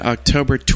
October